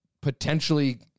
potentially